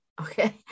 Okay